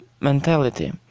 mentality